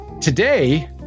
Today